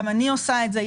גם אני עושה את זה.